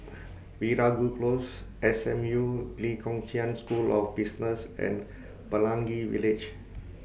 Veeragoo Close S M U Lee Kong Chian School of Business and Pelangi Village